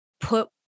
put